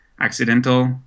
accidental